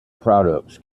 products